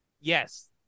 Yes